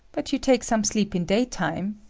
but you take some sleep in daytime.